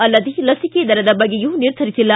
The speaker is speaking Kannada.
ಅಲ್ಲದೆ ಲಸಿಕೆ ದರದ ಬಗ್ಗೆಯೂ ನಿರ್ಧರಿಸಿಲ್ಲ